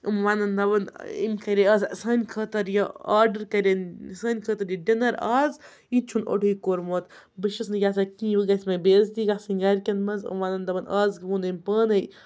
یِم وَنَن دَپَن أمۍ کرے آز سانہِ خٲطرٕ یہِ آرڈَر کٔرِنۍ سٲنہِ خٲطرٕ یہِ ڈِنَر آز یہِ تہِ چھُنہٕ اوٚڑُے کوٚرمُت بہٕ چھَس نہٕ یَژھان کِہیٖنۍ وٕ گژھِ مےٚ بےعزتی گژھٕنۍ گَرِکٮ۪ن منٛز یِم وَنَن دَپَن آز ووٚن أمۍ پانَے